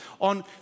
on